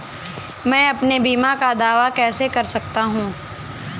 मैं अपने बीमा का दावा कैसे कर सकता हूँ?